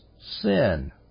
sin